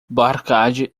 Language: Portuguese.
bacardi